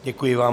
Děkuji vám.